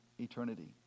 eternity